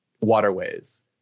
waterways